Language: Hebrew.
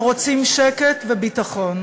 הם רוצים שקט וביטחון.